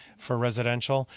for residential,